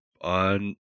on